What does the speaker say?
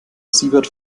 siebert